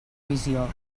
visió